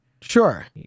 sure